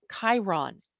Chiron